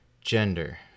gender